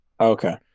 Okay